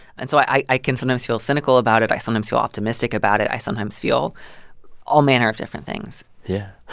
and so i i can sometimes feel cynical about it. i sometimes feel optimistic about it. i sometimes feel all manner of different things yeah.